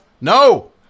No